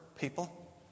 people